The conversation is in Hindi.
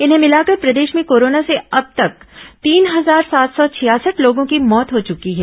इन्हें मिलाकर प्रदेश में कोरोना से अब तक तीन हजार सात सौ छियासठ लोगों की मौत हो चुकी है